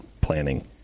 planning